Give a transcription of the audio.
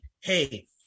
hey